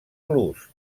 plus